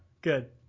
Good